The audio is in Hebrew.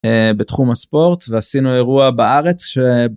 א...בתחום הספורט, ועשינו אירוע בארץ ש...